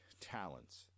talents